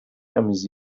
amüsiert